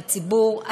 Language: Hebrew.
הציבור,